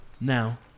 Now